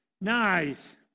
Nice